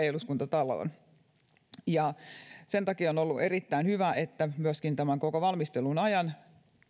eduskuntataloon sen takia on ollut erittäin hyvä että koko valmistelun ajan